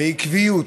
בעקביות,